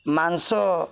ମାଂସ